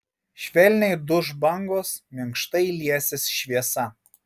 švelniai duš bangos minkštai liesis šviesa